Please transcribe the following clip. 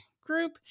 group